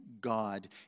God